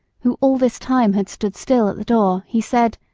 who all this time had stood still at the door, he said,